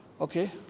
Okay